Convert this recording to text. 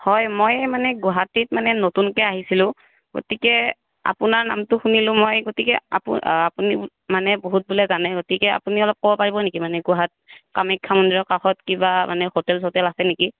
হয় মই মানে গুৱাহাটীত মানে নতুনকৈ আহিছিলোঁ গতিকে আপোনাৰ নামটো শুনিলোঁ মই গতিকে আপু আপুনি মানে বহুত বোলে জানে গতিকে আপুনি অলপ ক'ব পাৰিব নেকি মানে গুৱাহা কামাখ্যা মন্দিৰৰ কাষত কিবা মানে হোটেল চোটেল আছে নেকি